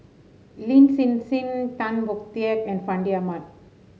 Lin Hsin Hsin Tan Boon Teik and Fandi Ahmad